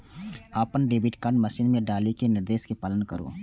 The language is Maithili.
अपन डेबिट कार्ड मशीन मे डालि कें निर्देश के पालन करु